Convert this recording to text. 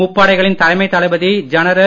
முப்படைகளின் தலைமை தளபதி ஜெனரல்